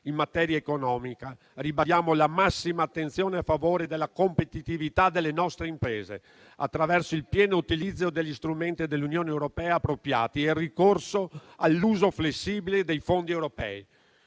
In materia economica ribadiamo la massima attenzione in favore della competitività delle nostre imprese, attraverso il pieno utilizzo degli strumenti dell'Unione europea appropriati e il ricorso all'uso flessibile dei fondi europei.